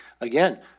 again